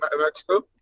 Mexico